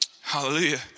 hallelujah